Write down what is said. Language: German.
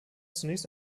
zunächst